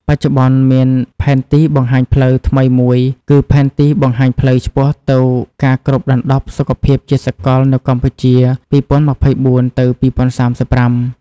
បច្ចុប្បន្ន មានផែនទីបង្ហាញផ្លូវថ្មីមួយគឺ "ផែនទីបង្ហាញផ្លូវឆ្ពោះទៅការគ្របដណ្ដប់សុខភាពជាសកលនៅកម្ពុជា ២០២៤ ទៅ ២០៣៥"។